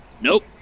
Nope